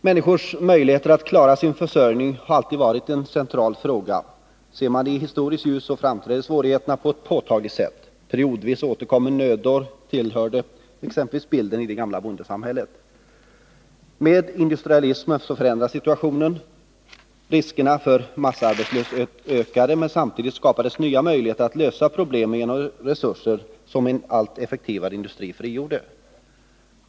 Människornas möjlighet att klara sin försörjning har alltid varit en central fråga. Ser man det i historiskt ljus, så framstår svårigheterna på ett påtagligt sätt. Periodvis återkommer nödår — detta tillhörde exempelvis bilden i det gamla bondesamhället. Med industrialismen förändrades situationen. Riskerna för massarbetslöshet ökade, men samtidigt skapades nya möjligheter att lösa problem genom resurser som en allt effektivare industri frigjorde.